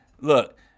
look